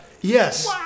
yes